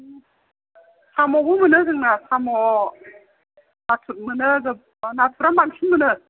साम'बो मोनो जोंना साम' नाथुर मोनो गोबां नाथुरानो बांसिन मोनो